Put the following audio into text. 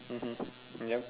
mmhmm yup